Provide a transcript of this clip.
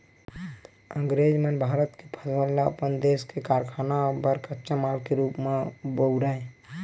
अंगरेज मन भारत के फसल ल अपन देस के कारखाना बर कच्चा माल के रूप म बउरय